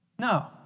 No